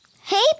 Hey